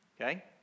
Okay